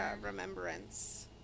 Remembrance